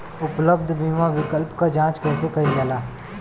उपलब्ध बीमा विकल्प क जांच कैसे कइल जाला?